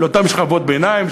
אותן שכבות ביניים,